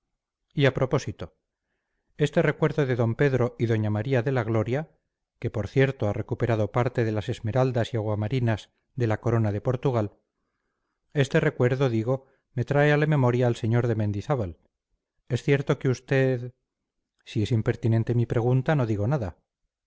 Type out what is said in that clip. y a propósito este recuerdo de d pedro y doña maría de la gloria que por cierto ha recuperado parte de las esmeraldas y aguamarinas de la corona de portugal este recuerdo digo me trae a la memoria al sr de mendizábal es cierto que usted si es impertinente mi pregunta no digo nada